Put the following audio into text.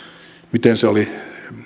miten se oli